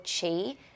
chi